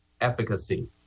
efficacy